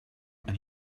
and